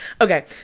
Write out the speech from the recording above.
Okay